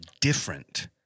different